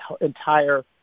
entire